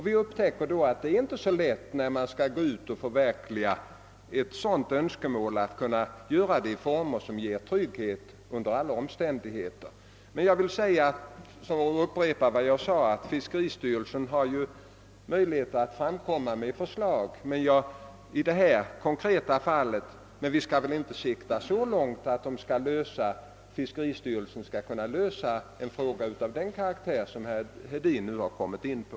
Vi upptäcker då att det inte är så lätt att förverkliga ett sådant önskemål i former som ger trygghet under alla omständigheter. Jag vill upprepa vad jag sade att fiskeristyrelsen har möjlighet att framlägga förslag i de konkreta fall vi nu diskuterar. Men vi skall väl inte sikta så långt att fiskeristyrelsen skall kunna lösa en fråga av den karaktär som herr Hedin nu har kommit in på!